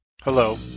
Hello